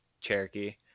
Cherokee